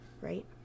right